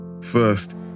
First